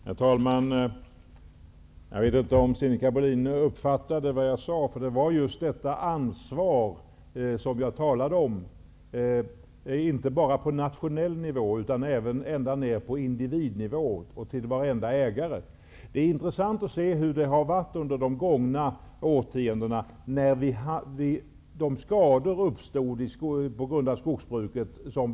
Herr talman! Jag vet inte om Sinikka Bohlin uppfattade vad jag sade. Jag betonade just ansvaret, inte bara på nationell nivå utan ända ner på individnivå. Det är intressant att se vad som hänt under de gångna årtiondena, då det uppstod skogsskador.